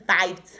five